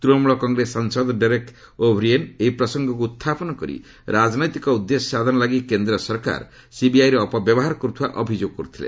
ତୂଣମୂଳ କଂଗ୍ରେସ ସାଂସଦ Derek O'Brien ଏହି ପ୍ରସଙ୍ଗକୁ ଉତ୍ଥାପନ କରି ରାଜନୈତିକ ଉଦ୍ଦେଶ୍ୟ ସାଧନ ଲାଗି କେନ୍ଦ୍ର ସରକାର ସିବିଆଇର ଅପବ୍ୟବହାର କରୁଥିବା ଅଭିଯୋଗ କରିଥିଲେ